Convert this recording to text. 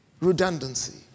redundancy